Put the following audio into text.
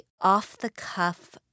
off-the-cuff